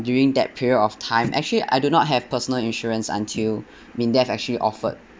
during that period of time actually I do not have personal insurance until MINDEF actually offered